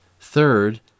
Third